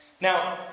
Now